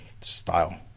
style